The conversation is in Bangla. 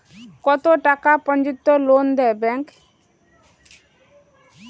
কত টাকা পর্যন্ত লোন দেয় ব্যাংক?